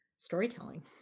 storytelling